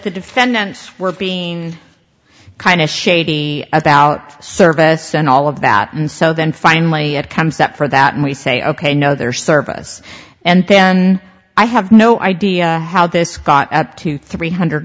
the defendants were being kind of shady about service and all of that and so then finally comes up for that and we say ok no their service and then i have no idea how this got up to three hundred